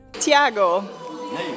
Tiago